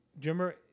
remember